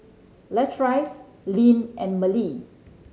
Latrice Linn and Mallie